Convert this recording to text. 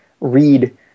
read